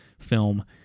film